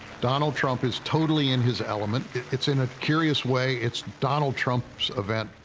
donald trump is totally in his element. it's, in a curious way, it's donald trump's event,